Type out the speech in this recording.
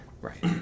Right